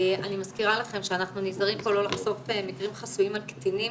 אני מזכירה לכם שאנחנו נזהרים פה לא לחשוף מקרים חסויים על קטינים